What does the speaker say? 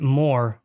more